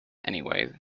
anyway